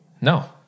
No